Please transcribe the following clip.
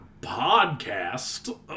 podcast